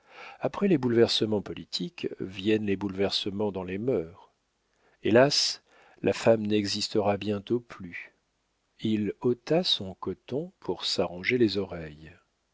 après les bouleversements politiques viennent les bouleversements dans les mœurs hélas la femme n'existera bientôt plus il ôta son coton pour s'arranger les oreilles